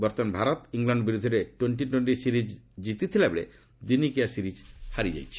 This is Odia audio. ବର୍ତ୍ତମାନ ଭାରତ ଇଂଲଣ୍ଡ ବିରୁଦ୍ଧରେ ଟ୍ୱେଣ୍ଟି ଟ୍ୱେଣ୍ଟି ସିରିଜ୍ ଜିତିଥିଲାବେଳେ ଦିନିକିଆ ସିରିଜ୍ ହାରିଯାଇଛି